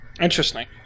Interesting